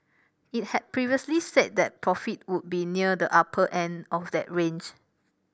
it had previously said that profit would be near the upper end of that range